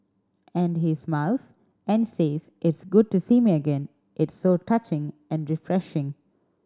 and he smiles and says it's good to see me again it's so touching and refreshing